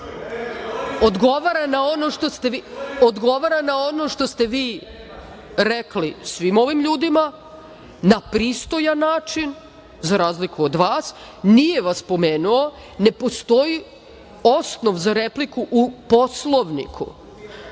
meni.)Odgovara na ono što ste vi rekli svim ovim ljudima na pristojan način, za razliku od vas, nije vas pomenuo, ne postoji osnov za repliku u Poslovniku. Reč